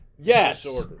Yes